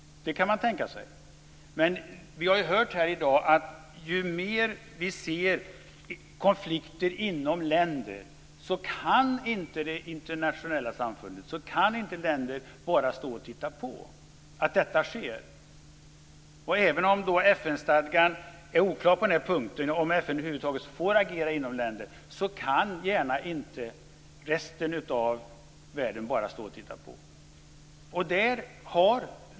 Det kan man tänka sig. Men vi har hört i dag att det internationella samfundet inte bara kan stå och titta på när det blir konflikter inom länder. Även om FN-stadgan är oklar på den punkten, om FN över huvud taget får agera inom länder, kan resten av världen gärna inte stå och titta på.